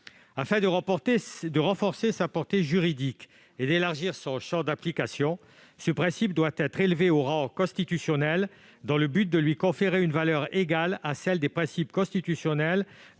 Afin de renforcer sa portée juridique et d'élargir son champ d'application, ce principe doit être élevé au rang constitutionnel, dans le but de lui conférer une valeur égale à celle des principes constitutionnels